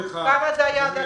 כמה זה היה עד עכשיו?